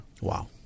Wow